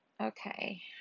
okay